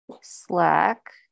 Slack